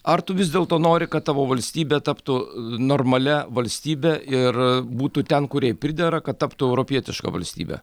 ar tu vis dėlto nori kad tavo valstybė taptų normalia valstybe ir būtų ten kur jai pridera kad taptų europietiška valstybe